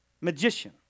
magician